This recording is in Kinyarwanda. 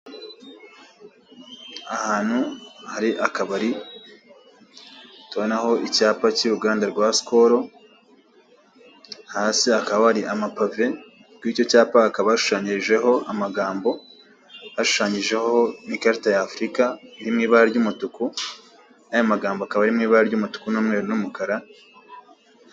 Ahantu hari akabari, tubonaho icyapa cy'uruganda rwa SKOL hasi hakaba hari amapave. Kw'icyo cyapa hakaba hashushanyijeho amagambo hashushanyijeho n'ikarita y'afuruka iri mw'ibara ry'umutuku, n'ayo magambo akaba ari mw'ibara ry'umutuku n'umweru n'umukara.